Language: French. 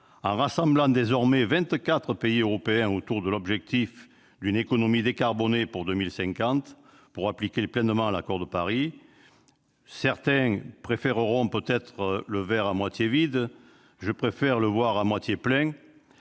en rassemblant désormais vingt-quatre pays européens autour de l'objectif d'une économie décarbonée pour 2050, pour appliquer pleinement l'accord de Paris. Certains préféreront peut-être voir le verre à moitié vide ; je préfère le voir à moitié plein.